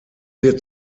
wird